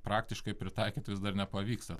praktiškai pritaikyti vis dar nepavyksta